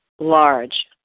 large